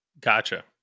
Gotcha